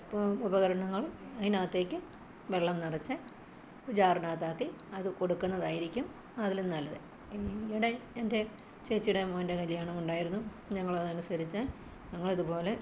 ഇപ്പോള് ഉപകരണങ്ങൾ അതിനകത്തേക്ക് വെള്ളം നിറച്ച് ജാറിനകത്താക്കി അത് കൊടുക്കുന്നതായിരിക്കും അതിലും നല്ലത് ഈയിടെ എൻ്റെ ചേച്ചിയുടെ മകൻ്റെ കല്ല്യാണമുണ്ടായിരുന്നു ഞങ്ങള് അതനുസരിച്ച് ഞങ്ങള് ഇതുപോലെ